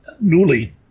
newly